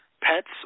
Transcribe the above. pets